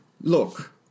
look